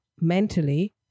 mentally